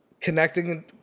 connecting